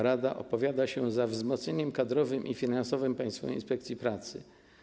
Rada opowiada się za wzmocnieniem kadrowym i finansowym Państwowej Inspekcji Pracy.